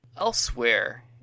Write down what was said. elsewhere